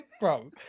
Bro